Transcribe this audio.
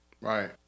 right